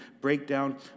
breakdown